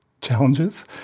challenges